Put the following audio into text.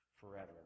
forever